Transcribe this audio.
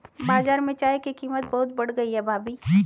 बाजार में चाय की कीमत बहुत बढ़ गई है भाभी